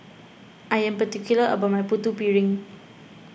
I am particular about my Putu Piring